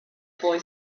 boy